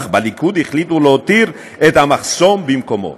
אך בליכוד החליטו להותיר את המחסום במקומו.